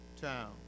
town